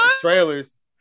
trailers